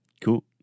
Cool